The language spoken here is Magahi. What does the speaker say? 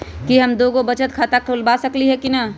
कि हम दो दो गो बचत खाता खोलबा सकली ह की न?